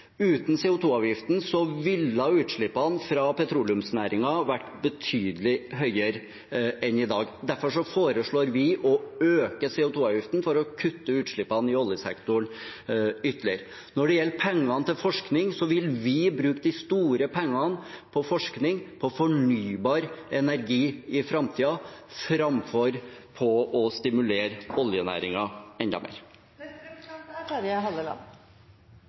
ville utslippene fra petroleumsnæringen vært betydelig høyere enn i dag. Derfor foreslår vi å øke CO2-avgiften for å kutte utslippene i oljesektoren ytterligere. Når det gjelder pengene til forskning, vil vi i framtiden bruke de store pengene på forskning på fornybar energi framfor på å stimulere oljenæringen enda mer. SV er